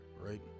right